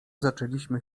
zaczęliśmy